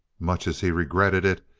much as he regretted it,